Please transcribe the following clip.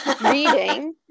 reading